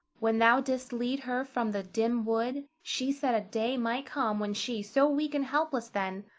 when thou didst lead her from the dim wood, she said a day might come when she, so weak and helpless then,